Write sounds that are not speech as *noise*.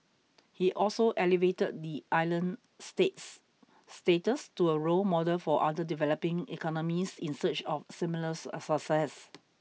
he also elevated the island state's status to a role model for other developing economies in search of similar *unintelligible* success